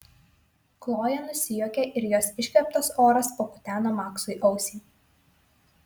kloja nusijuokė ir jos iškvėptas oras pakuteno maksui ausį